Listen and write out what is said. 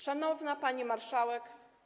Szanowna Pani Marszałek!